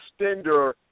extender